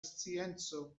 scienco